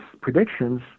predictions